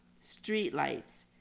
Streetlights